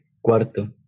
Cuarto